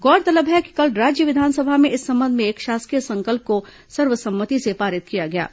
गौरतलब है कि कल राज्य विधानसभा में इस संबंध में एक शासकीय संकल्प को सर्वसम्मति से पारित किया गया है